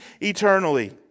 eternally